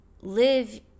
live